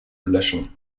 löschen